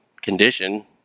condition